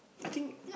I think